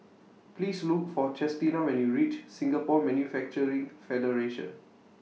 Please Look For Chestina when YOU REACH Singapore Manufacturing Federation